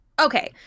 okay